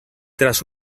tras